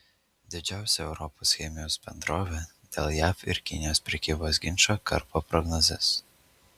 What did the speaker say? didžiausia europos chemijos bendrovė dėl jav ir kinijos prekybos ginčo karpo prognozes